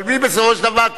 אבל בסופו של דבר,